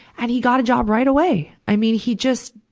and he got a job right away. i mean, he just,